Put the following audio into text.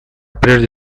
прежде